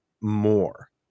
more